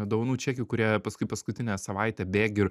dovanų čekių kurie paskui paskutinę savaitę bėgi ir